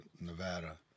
Nevada